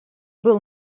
был